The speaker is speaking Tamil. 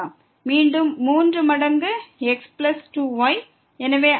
மீண்டும் 3 மடங்கு x பிளஸ் 2 y